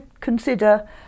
consider